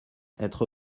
être